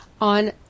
on